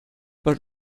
but